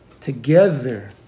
Together